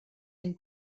ein